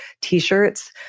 T-shirts